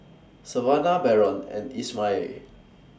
Savannah Barron and Ishmael